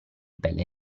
pelle